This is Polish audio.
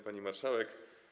Pani Marszałek!